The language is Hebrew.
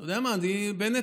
אתה יודע מה, בנט?